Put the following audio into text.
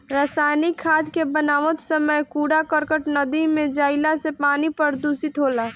रासायनिक खाद के बनावत समय कूड़ा करकट नदी में जईला से पानी प्रदूषित होला